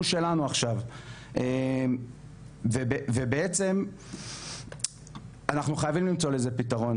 הוא שלנו עכשיו ובעצם אנחנו חייבים למצוא לזה פתרון,